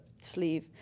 sleeve